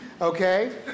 Okay